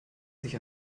sich